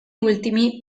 ultimi